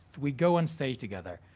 we go on stage together.